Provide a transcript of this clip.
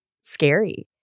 scary